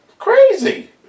Crazy